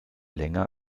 länger